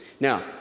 Now